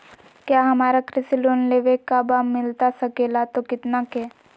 क्या हमारा कृषि लोन लेवे का बा मिलता सके ला तो कितना के?